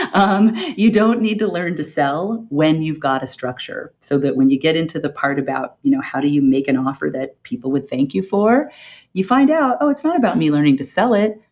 um you don't need to learn to sell when you've got a structure. so that when you get into the part about, you know how do you make an offer that people would thank you for you find out, oh, it's not about me learning to sell it,